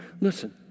Listen